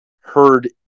heard